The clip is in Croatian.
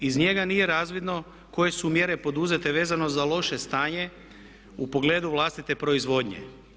Iz njega nije razvidno koje su mjere poduzete vezano za loše stanje u pogledu vlastite proizvodnje.